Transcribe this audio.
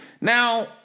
now